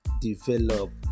develop